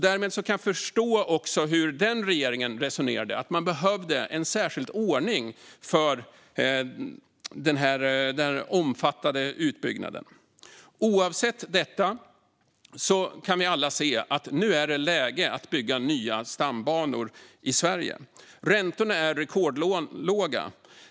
Därmed kan jag förstå hur den regeringen resonerade. Man behövde en särskild ordning för den här omfattande utbyggnaden. Oavsett detta kan vi alla se att det nu är läge att bygga nya stambanor i Sverige. Räntorna är rekordlåga.